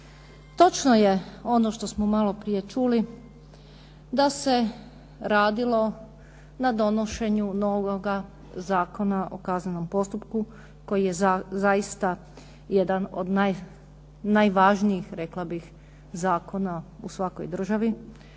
Točno je ono što smo maloprije čuli da se radilo na donošenju novoga Zakona o kaznenom postupku koji je zaista jedan od najvažnijih, rekla bih, zakona u svakoj državi,